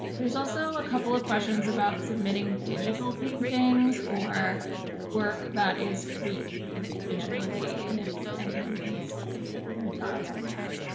there's also also a couple of questions about submitting digital paintings or work that is created digitally. and if anyone can speak to but their thoughts on that.